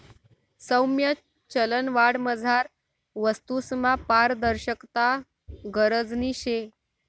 सौम्य चलनवाढमझार वस्तूसमा पारदर्शकता गरजनी शे